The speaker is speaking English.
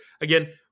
Again